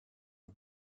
les